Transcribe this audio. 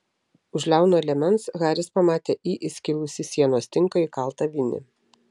už liauno liemens haris pamatė į įskilusį sienos tinką įkaltą vinį